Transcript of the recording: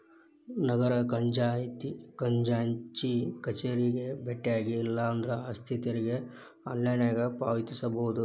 ನಗರ ಖಜಾಂಚಿ ಕಚೇರಿಗೆ ಬೆಟ್ಟ್ಯಾಗಿ ಇಲ್ಲಾಂದ್ರ ಆಸ್ತಿ ತೆರಿಗೆ ಆನ್ಲೈನ್ನ್ಯಾಗ ಪಾವತಿಸಬೋದ